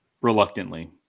Reluctantly